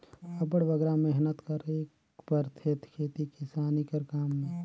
अब्बड़ बगरा मेहनत करेक परथे खेती किसानी कर काम में